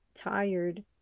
tired